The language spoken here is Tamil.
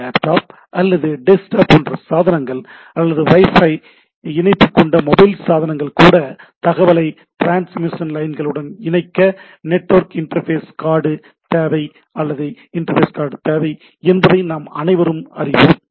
லேப்டாப் அல்லது டெஸ்க்டாப் போன்ற சாதனங்கள் அல்லது வைஃபை இணைப்பு கொண்ட மொபைல் சாதனங்கள் கூட தகவலை டிரான்ஸ்மிஷன் லைன்களுடன் இணைக்க நெட்வொர்க் இன்டர்ஃபேஸ் கார்டு தேவை அல்லது இன்டர்ஃபேஸ் கார்டு தேவை என்பதை நாம் அனைவரும் அறிவோம்